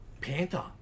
Panther